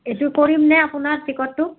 এইটো কৰিমনে আপোনাৰ টিকটটো